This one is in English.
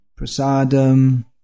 prasadam